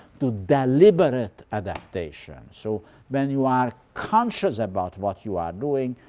to deliberate adaptation. so when you are conscious about what you are doing,